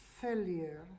failure